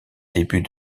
début